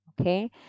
Okay